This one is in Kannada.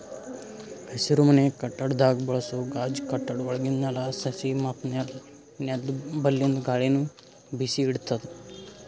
ಹಸಿರುಮನೆ ಕಟ್ಟಡದಾಗ್ ಬಳಸೋ ಗಾಜ್ ಕಟ್ಟಡ ಒಳಗಿಂದ್ ನೆಲ, ಸಸಿ ಮತ್ತ್ ನೆಲ್ದ ಬಲ್ಲಿಂದ್ ಗಾಳಿನು ಬಿಸಿ ಇಡ್ತದ್